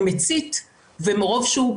המערכת פה מאפשרת לאנשים שיודעים על מה הם מדברים לקבל